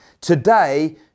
Today